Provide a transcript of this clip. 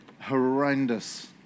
horrendous